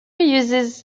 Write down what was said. uses